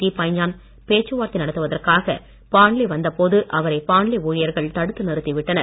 தீப்பாஞ்சான் பேச்சுவார்த்தை நடத்துவதற்காக பாண்லே வந்த போது அவரை பாண்லே ஊழியர்கள் தடுத்து நிறுத்தி விட்டனர்